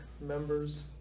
members